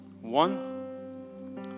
One